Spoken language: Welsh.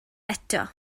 eto